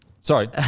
Sorry